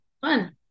fun